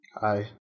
Hi